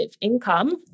income